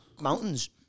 Mountains